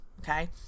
okay